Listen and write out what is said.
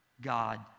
God